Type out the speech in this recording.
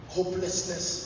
Hopelessness